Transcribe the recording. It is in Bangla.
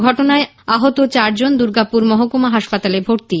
ঘটনায় আহত চারজন দুর্গাপুর মহকুমা হাসপাতালে ভর্তি